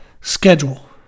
schedule